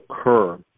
occur